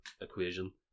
equation